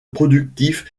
productif